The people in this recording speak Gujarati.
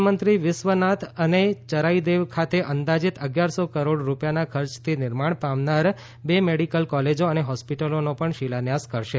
પ્રધાનમંત્રી બિસ્વનાથ અને ચરાઇદેવ ખાતે અંદાજીત અગ્યાર સો કરોડ રૂપિયાના ખર્ચથી નિર્માણ પામનાર બે મેડીકલ કોલેજો અને હોસ્પિટલોનો પણ શિલાન્યાસ કરશે